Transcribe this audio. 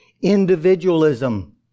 individualism